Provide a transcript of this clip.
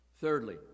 Thirdly